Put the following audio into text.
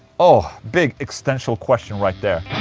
oh, big existential question right there